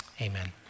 amen